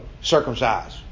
circumcised